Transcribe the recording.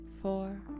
four